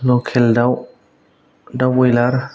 लकेल दाउ दाउ ब्रयलार